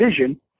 vision